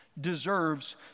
deserves